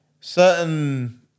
certain